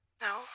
No